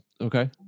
Okay